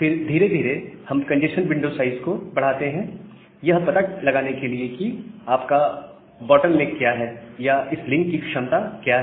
फिर धीरे धीरे हम कंजेस्शन विंडो साइज को बढ़ाते हैं यह पता लगाने के लिए कि इसका बॉटलनेक क्या है या इस लिंक की क्षमता क्या है